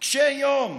קשי יום,